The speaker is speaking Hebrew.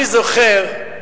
אני זוכר,